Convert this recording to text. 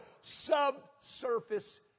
subsurface